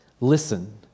Listen